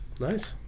Nice